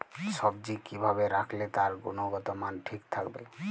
সবজি কি ভাবে রাখলে তার গুনগতমান ঠিক থাকবে?